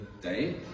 day